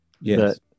Yes